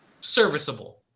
serviceable